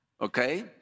Okay